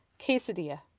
quesadilla